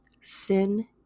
Sin